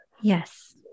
Yes